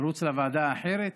לרוץ לוועדה האחרת?